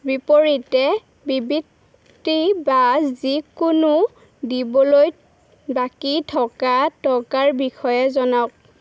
বিপৰীতে বিবৃতি বা যিকোনো দিবলৈ বাকী থকা টকাৰ বিষয়ে জনাওক